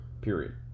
period